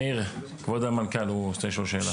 עמיחי דרורי ממרכז השלטון המקומי.